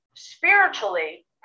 spiritually